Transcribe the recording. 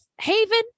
haven